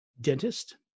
dentist